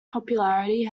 popularity